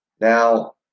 Now